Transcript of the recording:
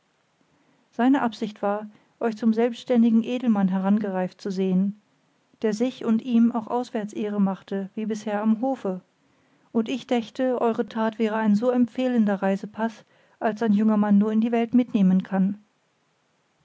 seine absicht war euch zum selbständigen edelmann herangereift zu sehen der sich und ihm auch auswärts ehre machte wie bisher am hofe und ich dächte eure tat wäre ein so empfehlender reisepaß als ein junger mann nur in die welt mitnehmen kann